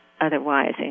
otherwise